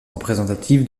représentatives